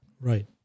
Right